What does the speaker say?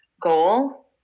goal